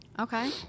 Okay